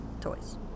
Toys